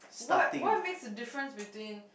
what what makes a difference between